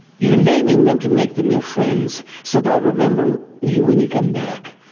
you're naming them to make them your friends so they'll remember you when you come back.